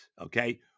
okay